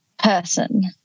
person